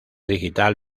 digital